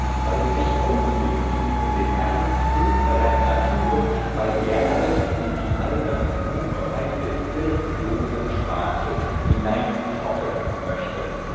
weil er sich auflehnt gegen den ernst höherer naturen weil er alles in die alberne mummerei des hirnlosen spaßes hineinfoppen möchte